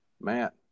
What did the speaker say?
Matt